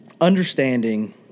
understanding